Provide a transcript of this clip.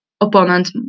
opponent